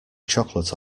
chocolate